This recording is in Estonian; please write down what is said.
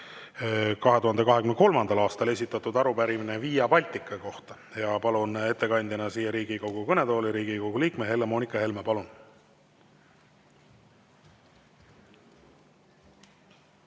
2023. aastal esitatud arupärimine Via Baltica kohta. Palun ettekandeks siia Riigikogu kõnetooli Riigikogu liikme Helle-Moonika Helme. Palun!